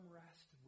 rest